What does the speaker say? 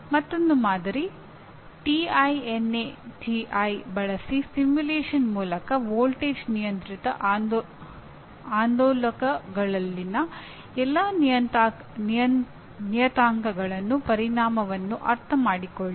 ಮತ್ತೊಂದು ಮಾದರಿ TINA TI ಬಳಸಿ ಸಿಮ್ಯುಲೇಶನ್ ಮೂಲಕ ವೋಲ್ಟೇಜ್ ನಿಯಂತ್ರಿತ ಆಂದೋಲಕಗಳಲ್ಲಿನ ಎಲ್ಲಾ ನಿಯತಾಂಕಗಳ ಪರಿಣಾಮವನ್ನು ಅರ್ಥಮಾಡಿಕೊಳ್ಳಿ